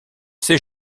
ses